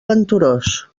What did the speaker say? venturós